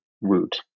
route